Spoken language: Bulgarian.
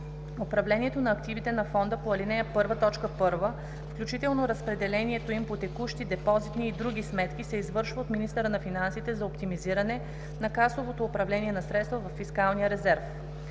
Управлението на активите на фонда по ал. 1, т. 1, включително разпределението им по текущи, депозитни и други сметки, се извършва от министъра на финансите за оптимизиране на касовото управление на средствата във фискалния резерв.